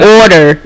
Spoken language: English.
order